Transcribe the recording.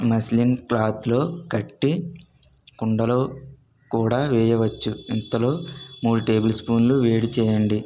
muslin క్లాత్లో కట్టి కుండలో కూడా వేయవచ్చు ఇంతలో మూడు టేబుల్ స్పూన్లు వేడి చేయండి